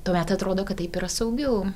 tuomet atrodo kad taip yra saugiau